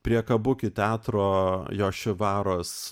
prie kabuki teatro jošivaros